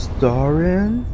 Starring